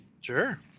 Sure